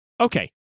Okay